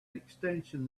extension